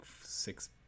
six